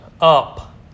Up